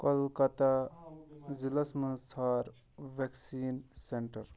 کولکَتہ ضلعس مَنٛز ژھانڈ ویکسیٖن سینٹر